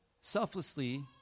selflessly